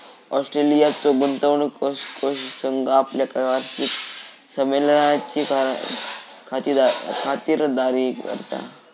ऑस्ट्रेलियाचो गुंतवणूक कोष संघ आपल्या वार्षिक संमेलनाची खातिरदारी करता